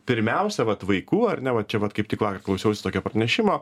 pirmiausia vat vaikų ar ne va čia vat kaip tik vakar klausiausi tokio pranešimo